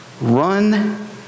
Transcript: run